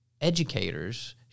educators